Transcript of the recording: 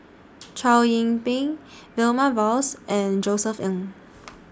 Chow Yian Ping Vilma Laus and Josef Ng